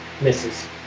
misses